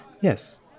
Yes